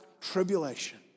tribulation